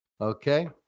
Okay